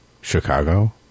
Chicago